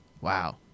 Wow